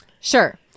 Sure